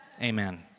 Amen